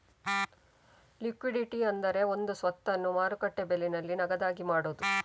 liquidity ಅಂದ್ರೆ ಒಂದು ಸ್ವತ್ತನ್ನ ಮಾರುಕಟ್ಟೆ ಬೆಲೆನಲ್ಲಿ ನಗದಾಗಿ ಮಾಡುದು